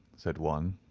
said one,